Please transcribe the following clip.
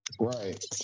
Right